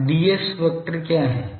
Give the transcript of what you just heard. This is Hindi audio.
अब ds वेक्टर क्या है